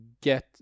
get